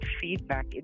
feedback